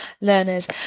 learners